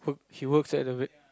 he works at the